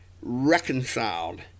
reconciled